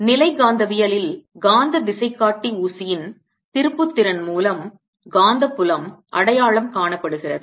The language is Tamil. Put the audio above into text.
நிலை காந்தவியலில் காந்த திசைகாட்டி ஊசியில் திருப்புத்திறன் மூலம் காந்தப்புலம் அடையாளம் காணப்படுகிறது